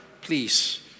please